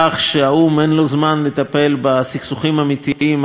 אין לו זמן לטפל בסכסוכים אמיתיים אחרים בוערים,